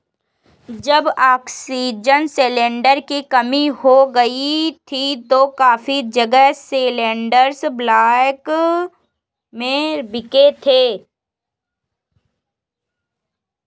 जब oxygen cylinder की कमी हो गई थी तो काफी जगह सिलेंडरस ब्लैक में बिके थे